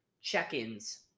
check-ins